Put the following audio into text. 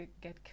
get